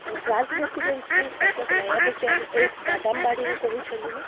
grant residency Cuttack Nayabazar ଏସ୍ ବାଦାମବାଡ଼ିରୁ କହୁଛନ୍ତି ନା